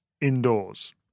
indoors